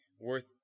worth